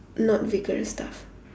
not vigorous stuff